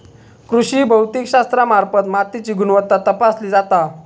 कृषी भौतिकशास्त्रामार्फत मातीची गुणवत्ता तपासली जाता